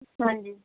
ਹਾਂਜੀ